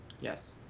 yes